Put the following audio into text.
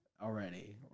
already